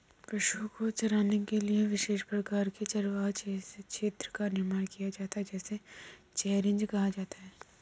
पशुओं को चराने के लिए विशेष प्रकार के चारागाह जैसे क्षेत्र का निर्माण किया जाता है जिसे रैंचिंग कहा जाता है